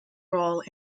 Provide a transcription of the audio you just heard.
role